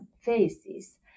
phases